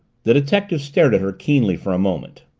the detective stared at her keenly for a moment.